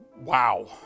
Wow